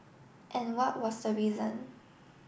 and what was the reason